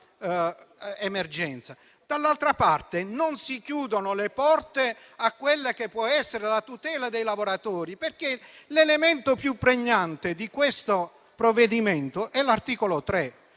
dall'altra parte, non si chiudono le porte a quella che può essere la tutela dei lavoratori. L'elemento più pregnante del provvedimento al